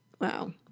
wow